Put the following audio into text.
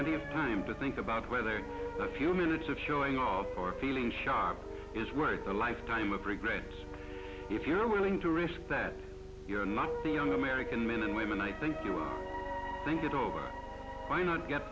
of time to think about whether a few minutes of showing off or feeling sharp is worth a lifetime of regrets if you're willing to risk that you're not the young american men and women i think you think it over why not get